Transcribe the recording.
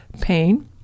pain